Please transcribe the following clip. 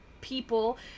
people